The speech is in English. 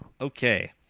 Okay